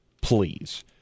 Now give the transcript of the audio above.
please